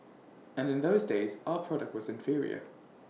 and in those days our product was inferior